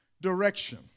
direction